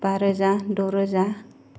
बा रोजा द' रोजा